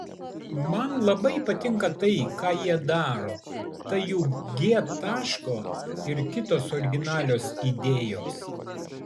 man labai patinka tai ką jie daro ta jų g taško ir kitos originalios idėjos